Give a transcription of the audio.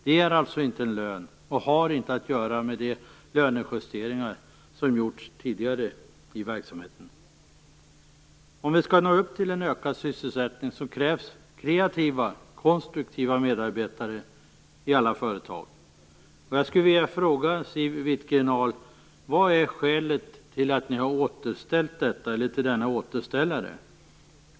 Det är alltså inte fråga om en lön och detta har heller inte att göra med de lönejusteringar som tidigare gjorts i verksamheten. Om vi skall nå upp till ökad sysselsättning krävs det kreativa konstruktiva medarbetare i alla företag. Jag skulle vilja fråga Siw Wittgren-Ahl: Vad är skälet till denna återställare?